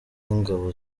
y’ingabo